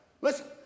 Listen